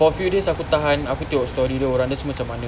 for a few days aku tahan aku tengok story orang dia semua macam mana